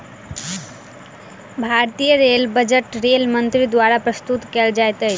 भारतीय rail budget rail मंत्री द्वारा प्रस्तुत कयल जाइत अछि